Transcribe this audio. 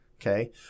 Okay